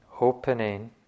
opening